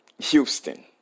Houston